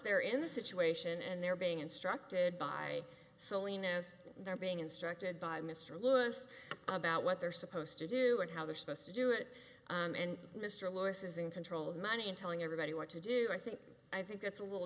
they're in the situation and they're being instructed by salinas they're being instructed by mr lewis about what they're supposed to do and how they're supposed to do it and mr lewis is in control of money in telling everybody what to do i think i think that's a little